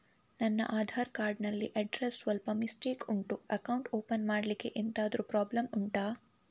ನನ್ನ ಆಧಾರ್ ಕಾರ್ಡ್ ಅಲ್ಲಿ ಅಡ್ರೆಸ್ ಸ್ವಲ್ಪ ಮಿಸ್ಟೇಕ್ ಉಂಟು ಅಕೌಂಟ್ ಓಪನ್ ಮಾಡ್ಲಿಕ್ಕೆ ಎಂತಾದ್ರು ಪ್ರಾಬ್ಲಮ್ ಉಂಟಾ